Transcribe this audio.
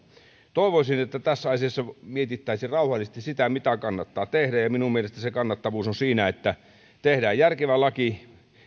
toivoisin että tässä asiassa mietittäisiin rauhallisesti sitä mitä kannattaa tehdä ja minun mielestäni se kannattavuus on siinä että tehdään järkevä laki